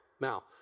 Now